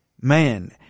man